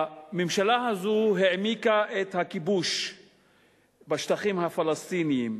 הממשלה הזאת העמיקה את הכיבוש בשטחים הפלסטיניים.